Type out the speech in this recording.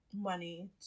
money